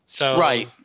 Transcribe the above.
Right